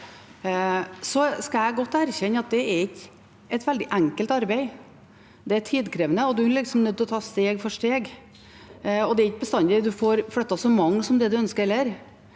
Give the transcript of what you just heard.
Så kan jeg godt erkjenne at det ikke er et veldig enkelt arbeid. Det er tidkrevende, og man er nødt til å ta steg for steg. Det er heller ikke bestandig en får flyttet så mange som en ønsker,